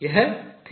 यह होने वाला है